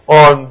on